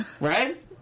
Right